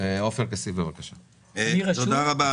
תודה רבה.